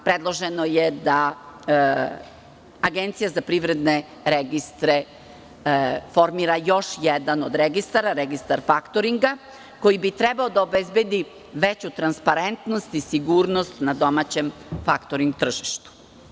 Predloženo je da APR formira još jedan od registara, registar faktoringa koji bi trebao da obezbedi veću transparentnost i sigurnost na domaćem faktoring tržištu.